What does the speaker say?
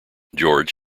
george